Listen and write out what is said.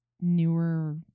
newer